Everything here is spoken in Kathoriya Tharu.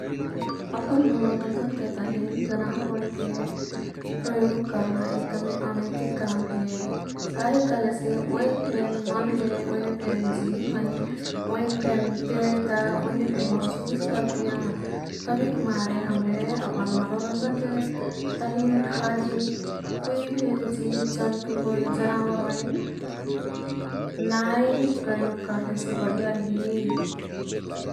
अपन मनोरंजनके तहिन जनावर ओईन् के प्रयोग कर्ना एक्दमे अनैतिक काम हे। कहिक कह्लेसे ओईन् फेन मन् हे। ओईने फे जीव हैं, ओईन् फेन पिरैता, ओईने फेन महशुस कर्तियाँ। ताभिकमारे हमरे अपन मनोरंजनके तहिन खाली कुईफे जीव जन्तु होइल जनावर ओईन् नाई प्रयोग कर्लेसे बढिया रिही।